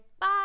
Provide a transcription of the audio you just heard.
bye